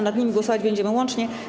Nad nimi głosować będziemy łącznie.